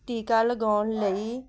ਟੀਕਾ ਲਗਵਾਉਣ ਲਈ